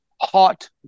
hot